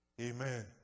Amen